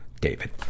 David